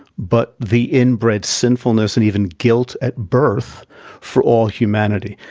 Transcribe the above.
but the inbred sinfulness and even guilt at birth for all humanity.